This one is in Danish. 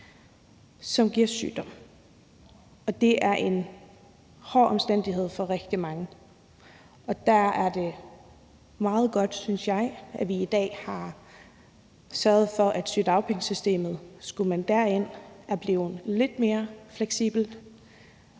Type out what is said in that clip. som giver sygdom, og det er en svær omstændighed for rigtig mange, og der er det meget godt, synes jeg, at vi i dag har sørget for, at sygedagpengesystemet – hvis man skulle derind – er blevet lidt mere fleksibelt,